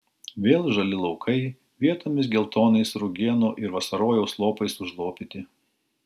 vėl žali laukai vietomis geltonais rugienų ir vasarojaus lopais užlopyti